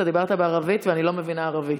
אתה דיברת בערבית, ואני לא מבינה ערבית.